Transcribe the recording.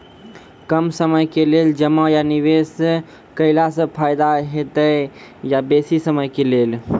कम समय के लेल जमा या निवेश केलासॅ फायदा हेते या बेसी समय के लेल?